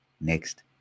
next